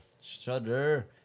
Shudder